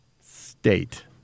State